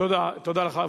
תודה לך.